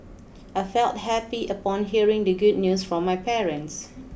I felt happy upon hearing the good news from my parents